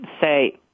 say